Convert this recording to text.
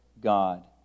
God